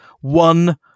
one